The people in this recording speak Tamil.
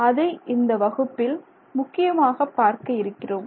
அதை இந்த வகுப்பில் முக்கியமாக பார்க்க இருக்கிறோம்